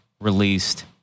released